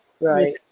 Right